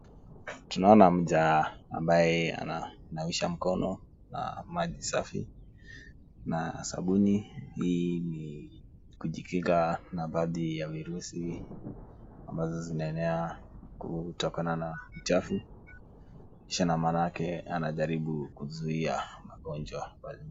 Tunaona mja amabye ananawisha mkono na maji safi na sabuni. Hii ni kujikinga na baadhi ya virusi ambazo zinaenea kutokana na uchafu. Kisha na maanake anajaribu kuzuia magonjwa.